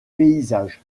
paysages